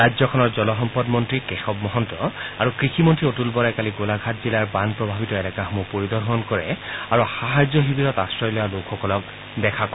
ৰাজ্যখনৰ জলসম্পদ মন্ত্ৰী কেশৱ মহন্ত আৰু কৃষি মন্ত্ৰী অতূল বৰাই কালি গোলাঘাট জিলাৰ বান প্ৰভাৱিত এলেকাসমূহ পৰিদৰ্শন কৰে আৰু সাহায্য শিবিৰত আশ্ৰয় লোৱা লোকসকলক দেখা কৰে